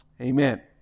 Amen